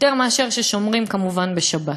יותר מאשר שומרים, כמובן, בשבת.